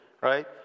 right